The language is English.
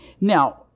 Now